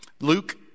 Luke